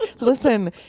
Listen